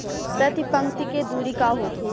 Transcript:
प्रति पंक्ति के दूरी का होखे?